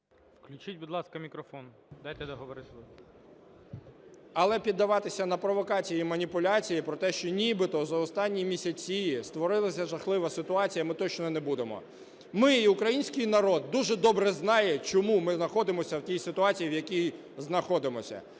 Включіть, будь ласка, мікрофон, дайте договорити. 10:54:39 ГОНЧАРУК О.В. Але піддаватися на провокації і маніпуляції про те, що нібито за останні місяці створилася жахлива ситуація, ми точно не будемо. Ми і український народ дуже добре знає, чому ми знаходимося в тій ситуації, в якій знаходимося,